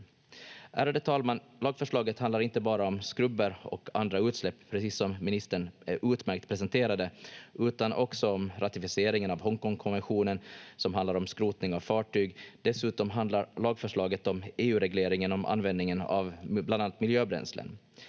Ärade talman! Lagförslaget handlar inte bara om skrubber och andra utsläpp, precis som ministern utmärkt presenterade, utan också om ratificeringen av Hong Kong-konventionen som handlar om skrotning av fartyg. Dessutom handlar lagförslaget om EU-regleringen om användningen av bland annat miljöbränslen.